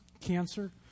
cancer